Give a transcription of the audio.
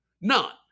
none